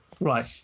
right